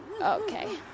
Okay